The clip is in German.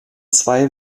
zwei